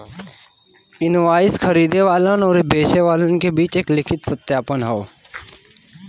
invoice खरीदे वाले आउर बेचे वाले क बीच एक लिखित सत्यापन हौ